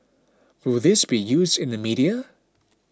will this be used in the media